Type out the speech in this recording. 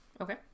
Okay